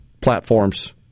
platforms